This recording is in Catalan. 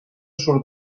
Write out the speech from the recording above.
surt